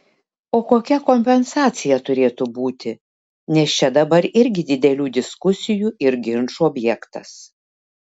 o kokia kompensacija turėtų būti nes čia dabar irgi didelių diskusijų ir ginčų objektas